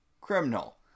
Criminal